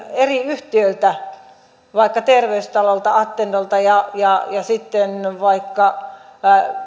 näiltä eri yhtiöiltä vaikka terveystalolta attendolta ja ja sitten vaikka